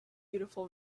beautiful